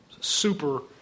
super